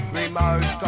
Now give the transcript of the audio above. remote